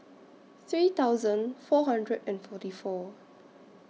three thousand four hundred and forty four